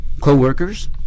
co-workers